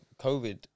COVID